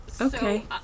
Okay